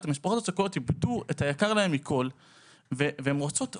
הם אבדו את היקר להם מכל והן רוצות רוגע.